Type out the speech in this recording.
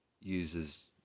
uses